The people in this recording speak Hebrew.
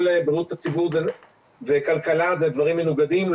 בריאות הציבור וכלכלה הם דברים מנוגדים.